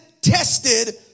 tested